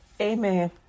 amen